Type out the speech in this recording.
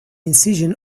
incision